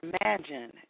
imagine